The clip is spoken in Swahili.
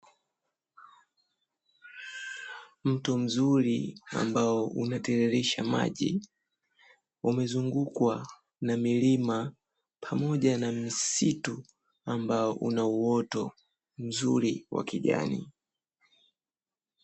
Mto mzuri ambao unatiririsha maji, umezungukwa na milima, pamoja na msitu ambao una uoto mzuri wa kijani.